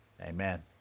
amen